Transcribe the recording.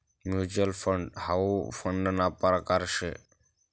mutual fund हाउ फंडना परकार शे